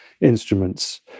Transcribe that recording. instruments